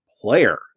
player